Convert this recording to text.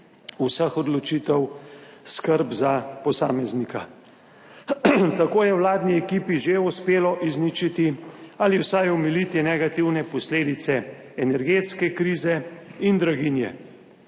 vseh odločitev skrb za posameznika. Tako je vladni ekipi že uspelo izničiti ali vsaj omiliti negativne posledice energetske krize in draginje.